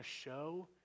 show